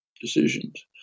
decisions